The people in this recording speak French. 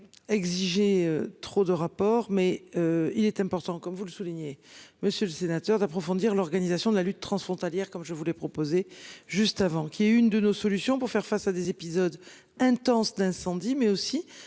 Exigeait trop de rapport mais il est important, comme vous le soulignez Monsieur le Sénateur, d'approfondir l'organisation de la lutte transfrontalière comme je voulais proposer juste avant qu'il y ait une de nos solutions pour faire face à des épisodes intenses d'incendie mais aussi